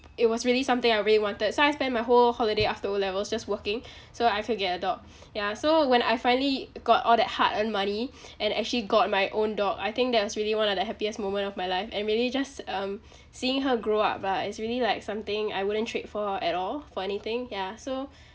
it was really something I really wanted so I spent my whole holiday after O levels just working so I could get a dog ya so when I finally got all that hard earned money and actually got my own dog I think that was really one of the happiest moment of my life and mainly just um seeing her grow up lah is really like something I wouldn't trade for at all for anything yeah so